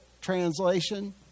translation